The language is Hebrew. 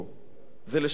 זה "לשנה הבאה